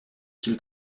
qu’il